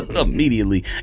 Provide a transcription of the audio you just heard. immediately